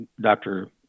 Dr